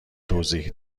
توضیح